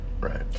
right